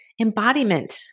embodiment